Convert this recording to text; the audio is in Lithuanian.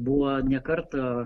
buvo ne kartą